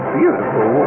beautiful